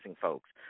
folks